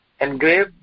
Engrave